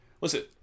Listen